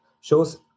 shows